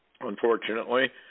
unfortunately